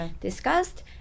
discussed